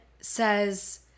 says